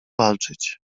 walczyć